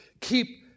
Keep